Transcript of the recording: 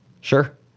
Sure